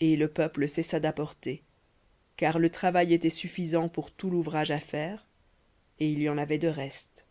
et le peuple cessa d'apporter car le travail était suffisant pour tout l'ouvrage à faire et il y en avait de reste